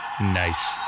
Nice